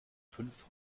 fünf